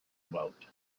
about